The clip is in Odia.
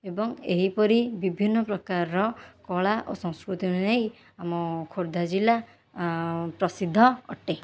ଏବଂ ଏହିପରି ବିଭିନ୍ନ ପ୍ରକାରର କଳା ଓ ସଂସ୍କୃତି ଅନୁଯାଇ ଆମ ଖୋର୍ଦ୍ଧା ଜିଲ୍ଲା ପ୍ରସିଦ୍ଧ ଅଟେ